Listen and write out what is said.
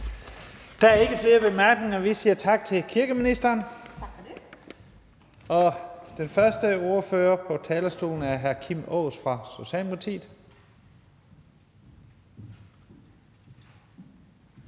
Der er ikke flere korte bemærkninger, og vi siger tak til kirkeministeren. Den første ordfører på talerstolen er hr. Kim Aas fra Socialdemokratiet.